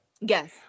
Yes